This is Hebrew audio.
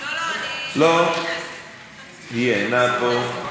הייתי מחכה, לא, אדוני השר.